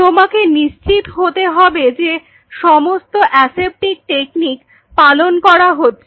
তোমাকে নিশ্চিত হতে হবে যে সমস্ত অ্যাসেপ্টিক টেকনিক পালন করা হচ্ছে